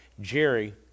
Jerry